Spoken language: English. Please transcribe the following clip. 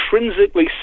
intrinsically